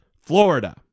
Florida